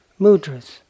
mudras